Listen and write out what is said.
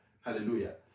Hallelujah